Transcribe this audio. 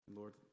lord